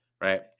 right